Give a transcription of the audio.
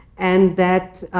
and that,